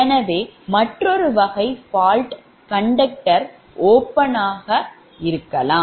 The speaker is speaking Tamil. எனவே மற்றொரு வகை fault conductor open நடத்துனர் திறப்பினால் நடக்கலாம்